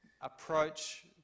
approach